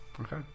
Okay